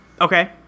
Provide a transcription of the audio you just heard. Okay